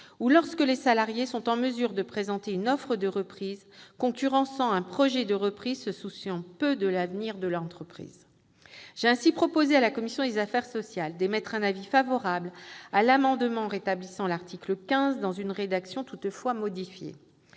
ou lorsque les salariés sont en mesure de présenter une offre de reprise concurrençant un repreneur potentiel se souciant peu de l'avenir de l'entreprise. J'ai donc proposé à la commission des affaires sociales d'émettre un avis favorable à l'amendement rétablissant l'article 15, mais à la condition que sa rédaction